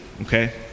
okay